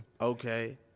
Okay